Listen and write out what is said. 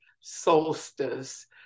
solstice